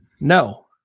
no